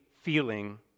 feeling